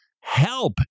help